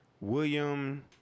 William